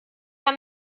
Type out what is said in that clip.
herr